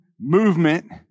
movement